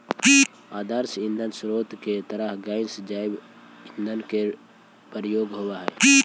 आदर्श ईंधन स्रोत के तरह गैस जैव ईंधन के प्रयोग होवऽ हई